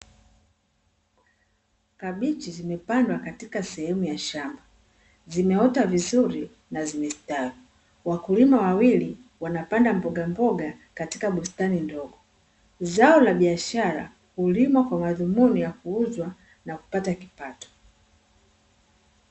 Kabichi zimepandwa katika sehemu ya shamba zimeota vizuri na zimestawi, wakulima wawili wanapanda mbogamboga katika bustani ndogo. Zao la biashara hulimwa kwa madhumuni ya kuuzwa na kupata kipato.